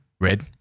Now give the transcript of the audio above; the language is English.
Red